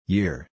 Year